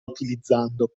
utilizzando